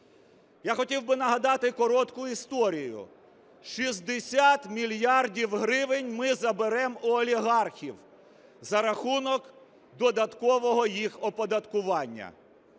Я хотів би нагадати коротку історію. 60 мільярдів гривень ми заберемо у олігархів за рахунок додаткового їх оподаткування.